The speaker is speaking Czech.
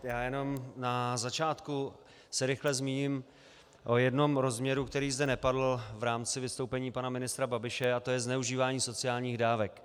Já jenom na začátku se rychle zmíním o jednom rozměru, který zde nepadl v rámci vystoupení pana ministra Babiše, a to je zneužívání sociálních dávek.